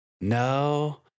No